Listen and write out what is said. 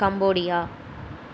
Cambodia